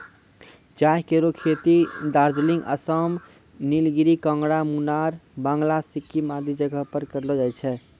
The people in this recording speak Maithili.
चाय केरो खेती दार्जिलिंग, आसाम, नीलगिरी, कांगड़ा, मुनार, बंगाल, सिक्किम आदि जगह पर करलो जाय छै